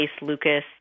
lucas